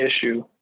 issue